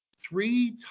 three